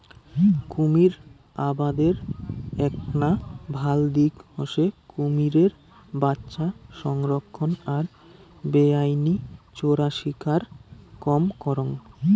কুমীর আবাদের এ্যাকনা ভাল দিক হসে কুমীরের বাচ্চা সংরক্ষণ আর বেআইনি চোরাশিকার কম করাং